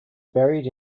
buried